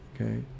Okay